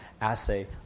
assay